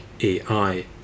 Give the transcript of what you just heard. AI